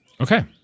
Okay